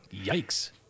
Yikes